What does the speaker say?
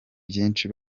byinshi